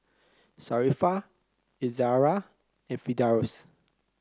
Sharifah Izzara and Firdaus